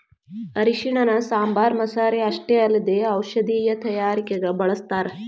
ಅರಿಶಿಣನ ಸಾಂಬಾರ್ ಮಸಾಲೆ ಅಷ್ಟೇ ಅಲ್ಲದೆ ಔಷಧೇಯ ತಯಾರಿಕಗ ಬಳಸ್ಥಾರ